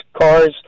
cars